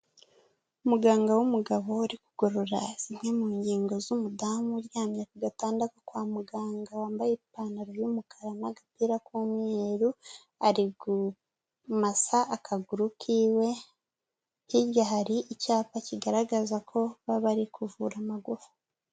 Umuganga w'umugabo uri kugorora zimwe mu ngingo z'umudamu uryamye ku gatanda ko kwa muganga wambaye ipantaro y'umukara n'agapira k'umweru ari kumasa akaguru kiwe, hirya hari icyapa kigaragaza ko baba bari kuvura amagufa.